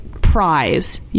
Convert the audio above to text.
prize